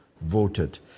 voted